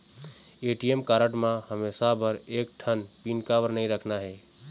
ATM card म हमेशा बर एक ठन पिन काबर नई रखना हे?